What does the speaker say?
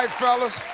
fellas.